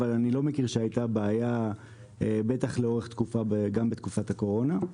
אבל אני לא מכיר שהייתה בעיה גם בתקופת הקורונה.